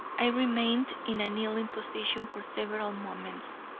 i remained in a kneeling position for several moments,